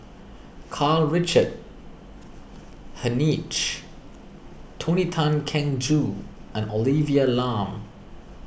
Karl Richard Hanitsch Tony Tan Keng Joo and Olivia Lum